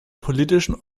politischen